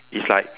it's like